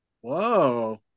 Whoa